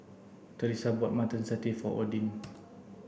Teresa bought mutton satay for Odin